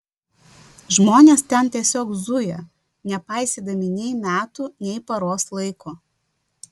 žmonės ten tiesiog zuja nepaisydami nei metų nei paros laiko